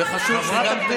וחשוב שגם,